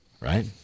Right